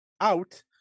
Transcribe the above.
out